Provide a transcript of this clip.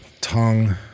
tongue